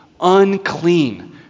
unclean